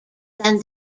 than